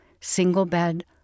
single-bed